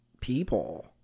people